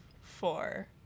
four